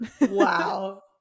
Wow